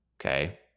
Okay